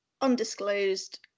undisclosed